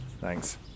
thanks